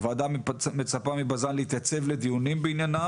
הוועדה מצפה מבז"ן להתייצב לדיונים בעניינם.